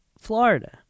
Florida